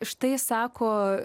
štai sako